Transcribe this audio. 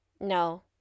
No